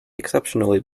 exceptionally